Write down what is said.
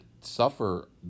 suffer